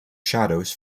shadows